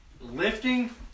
lifting